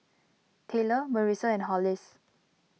Taylor Marissa and Hollis